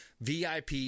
vip